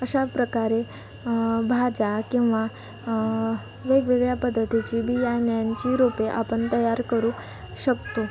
अशा प्रकारे भाज्या किंवा वेगवेगळ्या पद्धतीची बियाण्यांची रोपे आपण तयार करू शकतो